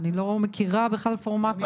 אני לא מכירה בכלל פורמט אחר.